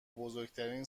بزرگترین